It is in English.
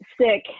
sick